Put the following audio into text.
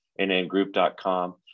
nngroup.com